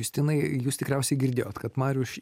justinai jūs tikriausiai girdėjot kad mariuš